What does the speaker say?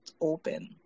open